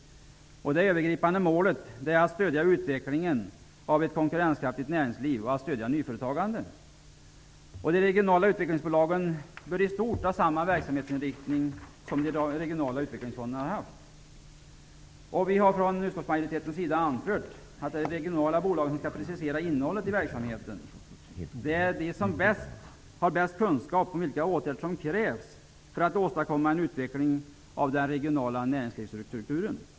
Det övergripande målet är att stödja utvecklingen av ett konkurrenskraftigt näringsliv och att stödja nyföretagandet. De regionala utvecklingsbolagen bör i stort ha samma verksamhetsinriktning som de regionala utvecklingsfonderna har haft. Vi har från utskottsmajoritetens sida anfört att de regionala bolagen skall precisera innehållet i verksamheten. Det är de som har bäst kunskap om vilka åtgärder som krävs för att åstadkomma en utveckling av den regionala näringslivsstrukturen.